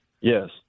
Yes